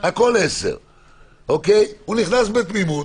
הוא נכנס בתמימות,